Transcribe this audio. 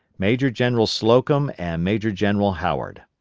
major-general slocum and major-general howard